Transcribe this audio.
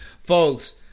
Folks